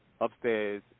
Upstairs